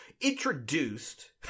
introduced